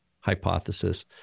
hypothesis